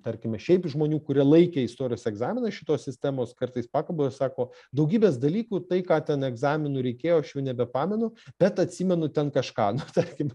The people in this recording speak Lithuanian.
tarkime šiaip žmonių kurie laikė istorijos egzaminą šitos sistemos kartais pakabu jie sako daugybės dalykų tai ką ten egzaminui reikėjo aš jau nebepamenu bet atsimenu ten kažką na tarkim